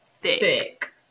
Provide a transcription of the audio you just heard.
thick